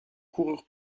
coureur